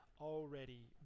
already